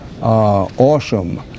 awesome